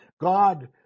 God